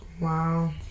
wow